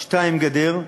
2. גדר,